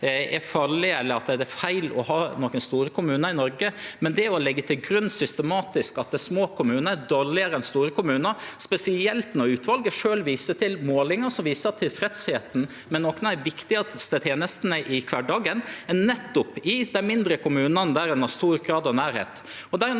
eller feil å ha nokre store kommunar i Noreg. Men ein kan ikkje leggje til grunn, systematisk, at små kommunar er dårlegare enn store kommunar, spesielt når utvalet sjølv viser til målingar som viser at tilfredsheita med nokre av dei viktigaste tenestene i kvardagen finst nettopp i dei mindre kommunane, der ein har stor grad av nærleik.